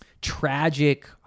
tragic